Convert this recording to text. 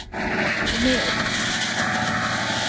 ᱩᱱᱤ